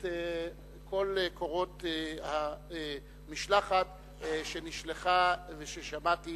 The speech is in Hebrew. את כל קורות המשלחת שנשלחה, ששמעתי